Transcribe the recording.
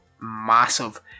massive